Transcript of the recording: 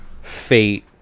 fate